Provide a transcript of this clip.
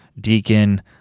deacon